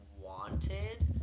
wanted